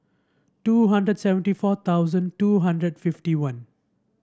two hundred seventy four thousand two hundred fifty one